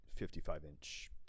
55-inch